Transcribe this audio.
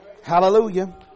Hallelujah